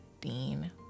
Dean